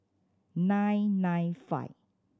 nine nine five